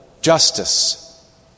justice